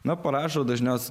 na parašo dažniausiai